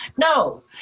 No